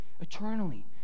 eternally